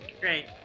Great